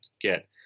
get